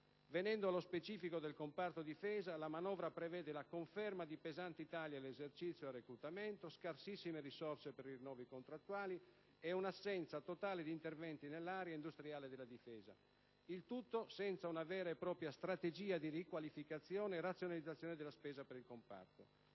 Venendo allo specifico del comparto Difesa, la manovra prevede la conferma di pesanti tagli all'esercizio e al reclutamento, scarsissime risorse per i rinnovi contrattuali e un'assenza totale di interventi nell'area industriale della Difesa. Il tutto senza una vera e propria strategia di riqualificazione e razionalizzazione della spesa per il comparto.